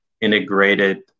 integrated